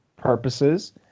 Purposes